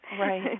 Right